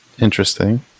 Interesting